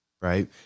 Right